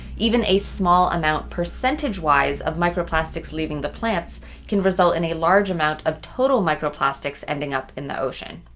even a small amount percentage wise of microplastics leaving the plants can result in a large amount of total microplastics ending up in the ocean.